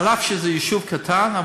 אף שזה יישוב קטן.